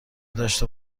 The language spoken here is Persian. داشته